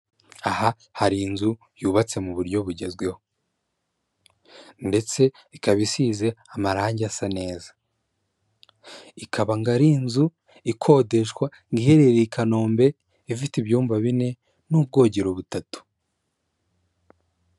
Aha hari inzu yubatse mu buryo bugezweho ndetse ikaba isize amarange asa neza, ikaba ngo ari inzu ikodeshwa ngo iherereye i Kanombe ifite ibyumba bine n'ubwogero butatu.